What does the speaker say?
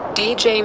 dj